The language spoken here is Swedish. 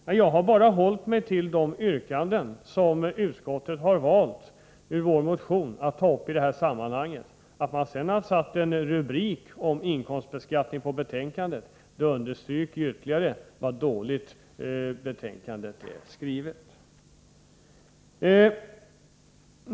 Men jag har bara hållit mig till de yrkanden i vår motion som utskottet har valt att ta upp i detta sammanhang. Att man sedan har satt en rubrik om inkomstbeskattning på betänkandet, understryker ytterligare hur dåligt betänkandet är skrivet.